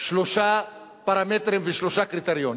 שלושה פרמטרים ושלושה קריטריונים.